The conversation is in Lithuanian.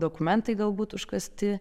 dokumentai galbūt užkąsti